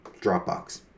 Dropbox